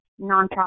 nonprofit